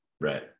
right